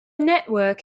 network